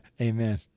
Amen